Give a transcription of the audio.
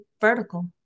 vertical